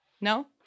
No